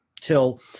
till